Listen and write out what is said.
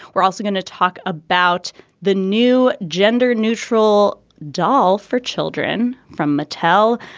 we're also going to talk about the new gender neutral doll for children from mattel.